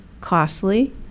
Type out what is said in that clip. costly